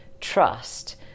trust